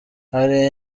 hari